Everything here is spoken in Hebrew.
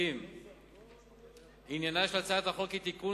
170). עניינה של הצעת החוק הוא תיקון